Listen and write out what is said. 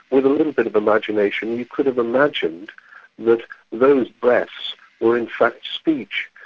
with a little bit of imagination you could've imagined that those breaths were in fact speech,